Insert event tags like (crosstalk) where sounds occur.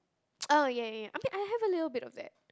(noise) oh ya ya ya I mean I have a little bit of that